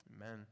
amen